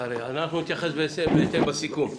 אנחנו נתייחס בהתאם בסיכום.